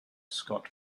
scott